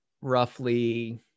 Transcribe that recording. roughly